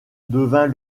devint